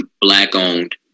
Black-owned